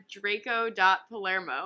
Draco.Palermo